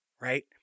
right